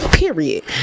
period